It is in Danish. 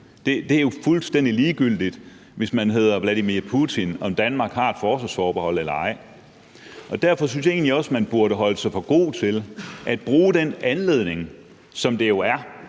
Det er jo fuldstændig ligegyldigt, hvis man hedder Vladimir Putin, om Danmark har et forsvarsforbehold eller ej. Derfor synes jeg egentlig også, man burde holde sig for god til at bruge den anledning, som det jo er,